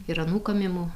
ir anūkam imu